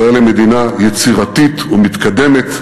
ישראל היא מדינה יצירתית ומתקדמת,